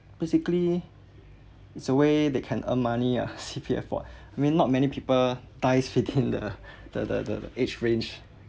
basically it's a way they can earn money ah C_P_F fault I mean not many people dies within the the the the the age range